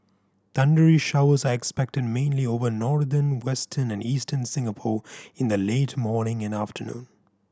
thundery showers are expected mainly over northern western and eastern Singapore in the late morning and afternoon